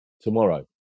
tomorrow